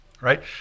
right